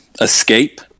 escape